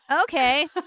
Okay